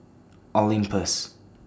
Olympus